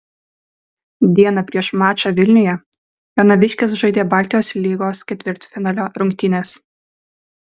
dieną prieš mačą vilniuje jonaviškės žaidė baltijos lygos ketvirtfinalio rungtynes